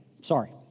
sorry